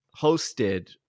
hosted